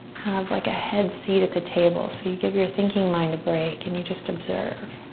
have like a head seat at the table. so you give your thinking mind a break and you just observe.